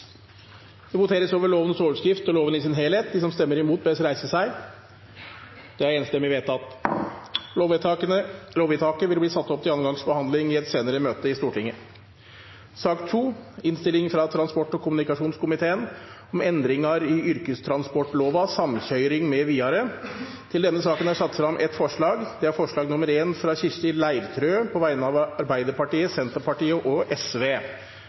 Det voteres over lovens overskrift og loven i sin helhet. Lovvedtaket vil bli ført opp til andre gangs behandling i et senere møte i Stortinget. Under debatten er det satt frem ett forslag. Det er forslag nr. 1, fra Kirsti Leirtrø på vegne av Arbeiderpartiet, Senterpartiet og